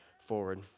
forward